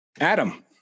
Adam